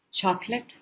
chocolate